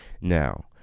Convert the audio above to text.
Now